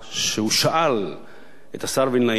את השר וילנאי: איך זה שאתה בורח מהמערכה,